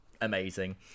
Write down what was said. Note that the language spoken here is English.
amazing